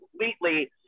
completely